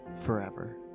forever